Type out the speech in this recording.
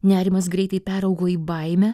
nerimas greitai peraugo į baimę